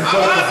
אז עם כל הכבוד.